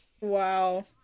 Wow